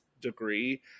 degree